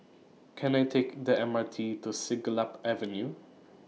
Can I Take The M R T to Siglap Avenue